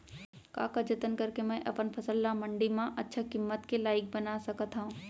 का का जतन करके मैं अपन फसल ला मण्डी मा अच्छा किम्मत के लाइक बना सकत हव?